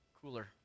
cooler